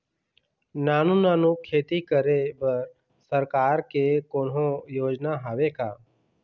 नानू नानू खेती करे बर सरकार के कोन्हो योजना हावे का?